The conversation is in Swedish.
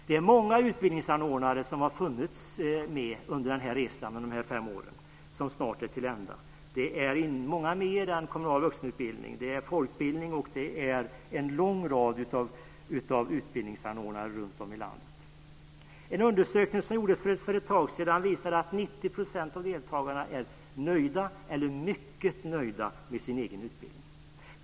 Det är många utbildningsanordnare som har funnits med under resans gång, under de här fem åren som snart är till ända. Det är många fler än kommunal vuxenutbildning. Det är folkbildning och en lång rad av utbildningsanordnare runtom i landet. En undersökning som gjordes för ett tag sedan visar att 90 % av deltagarna är nöjda eller mycket nöjda med sin egen utbildning.